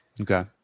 Okay